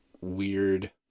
weird